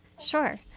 sure